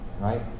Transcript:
right